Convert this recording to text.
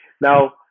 Now